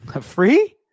Free